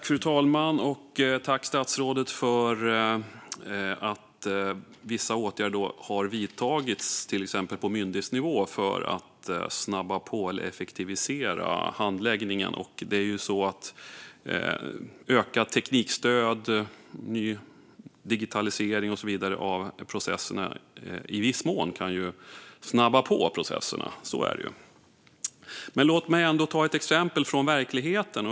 Fru talman! Jag tackar statsrådet för att vissa åtgärder har vidtagits, till exempel på myndighetsnivå, för att snabba på eller effektivisera handläggningen. Det är ju så att ökat teknikstöd, ny digitalisering av processerna och så vidare i viss mån kan snabba på handläggningen. Så är det ju. Men låt mig ändå ta ett exempel från verkligheten.